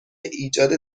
ایجاد